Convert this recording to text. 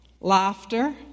laughter